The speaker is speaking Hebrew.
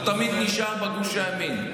הוא תמיד נשאר בגוש הימין.